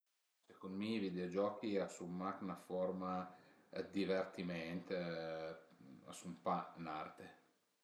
Sëcund mi i videogiochi a sun mach 'na forma 'd divertimènt, a sun pa 'n'arte